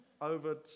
Over